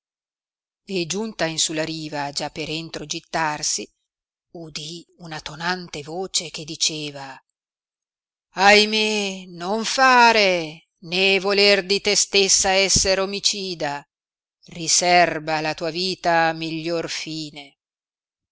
e giunta in su la riva già per entro gittarsi udì una tonante voce che diceva ahimè non fare né voler di te stessa esser omicida riserba la tua vita a miglior fine